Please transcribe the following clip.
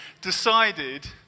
decided